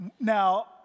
Now